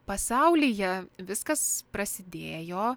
pasaulyje viskas prasidėjo